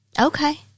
Okay